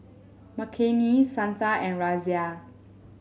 Makineni Santha and Razia